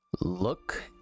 look